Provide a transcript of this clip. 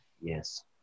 yes